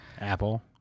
Apple